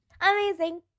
Amazing